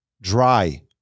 dry